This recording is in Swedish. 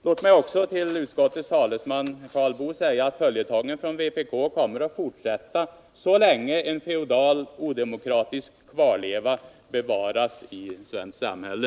Låg mig också till utskottets talesman Karl Boo säga att följetongen från vpk kommer att fortsätta så länge en feodal odemokratisk kvarleva bevaras i svenskt samhälle!